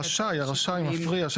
הרשאי מפריע,